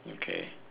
okay